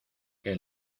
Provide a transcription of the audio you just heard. que